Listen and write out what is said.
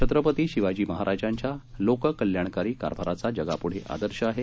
छत्रपती शिवाजी महाराजांच्या लोक कल्याणकारी कारभाराचा जगापुढे आदर्श आहे